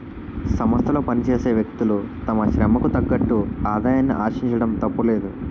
సంస్థలో పనిచేసే వ్యక్తులు తమ శ్రమకు తగ్గట్టుగా ఆదాయాన్ని ఆశించడం తప్పులేదు